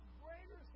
greater